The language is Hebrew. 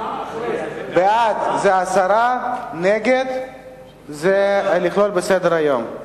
מה, בעד זה הסרה, נגד זה לכלול בסדר-היום.